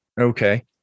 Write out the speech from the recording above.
Okay